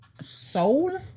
Soul